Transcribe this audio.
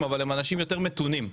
אני בטוחה